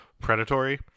predatory